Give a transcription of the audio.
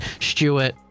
stewart